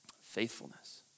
Faithfulness